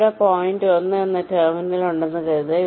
ഇവിടെ പോയിന്റ് 1 എന്ന ടെർമിനൽ ഉണ്ടെന്ന് കരുതുക